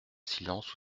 silence